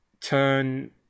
turn